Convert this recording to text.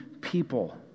people